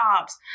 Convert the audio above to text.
jobs